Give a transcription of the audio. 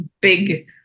big